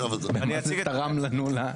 במה זה תרם לנו?